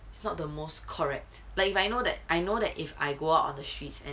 it's not the most correct like if I know that I know that if I go out on the streets and